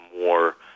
more